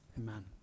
amen